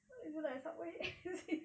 is it like Subway is it